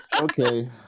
Okay